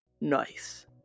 Nice